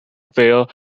feel